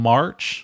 March